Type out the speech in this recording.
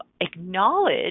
acknowledge